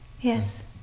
Yes